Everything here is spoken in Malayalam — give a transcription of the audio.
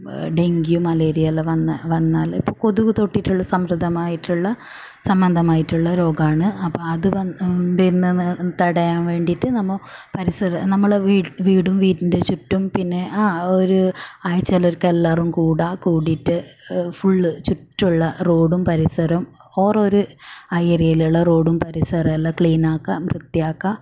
ഡെങ്കി മലേറിയ എല്ലാം വന്നാൽ വന്നാൽ ഇപ്പോൾ കൊതുക് തൊട്ടിട്ടുള്ള സമ്പ്രദമായിട്ടുള്ള സംബന്ധമായിട്ടുള്ള രോഗമാണ് അപ്പോൾ അത് വന്ന് വരുന്നത് തടയാൻ വേണ്ടിയിട്ട് നമ്മൾ പരിസരം നമ്മൾ വീടും വീടിൻ്റെ ചുറ്റും പിന്നെ ആ ഒരു ആഴ്ചയിലൊരിക്ക എല്ലാവരും കൂടി കൂടിയിട്ട് ഫുള്ള് ചുറ്റുമുള്ള റോഡും പരിസരം ഓറ് ഒരു ആ ഏരിയലുള്ള റോഡും പരിസരവുമെല്ലാം ക്ലീനാക്കുക വൃത്തിയാക്കുക